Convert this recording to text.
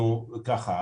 אז ככה: